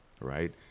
right